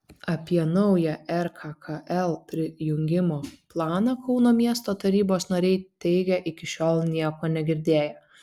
apie naują rkkl prijungimo planą kauno miesto tarybos nariai teigia iki šiol nieko negirdėję